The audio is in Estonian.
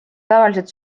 tavaliselt